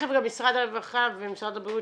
תיכף גם משרד הרווחה ומשרד הבריאות